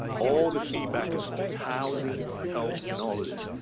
all the feedback as far as housing, health, and all of this.